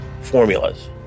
formulas